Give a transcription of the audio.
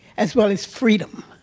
as well as freedom